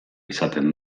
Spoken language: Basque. izaten